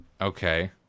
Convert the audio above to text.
Okay